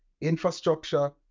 infrastructure